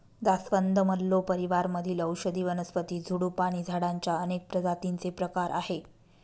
जास्वंद, मल्लो परिवार मधील औषधी वनस्पती, झुडूप आणि झाडांच्या अनेक प्रजातींचे प्रकार आहे